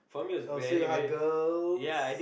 oh so you hug girls